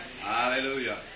Hallelujah